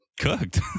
Cooked